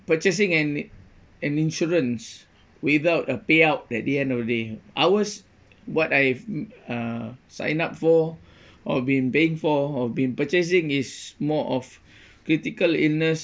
purchasing an an insurance without a payout at the end of the day ours what I uh signed up for or been paying for or been purchasing is more of critical illness